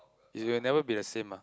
is will never be the same ah